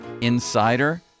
Insider